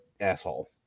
asshole